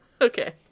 okay